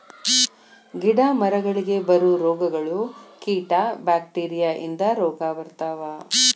ಗಿಡಾ ಮರಗಳಿಗೆ ಬರು ರೋಗಗಳು, ಕೇಟಾ ಬ್ಯಾಕ್ಟೇರಿಯಾ ಇಂದ ರೋಗಾ ಬರ್ತಾವ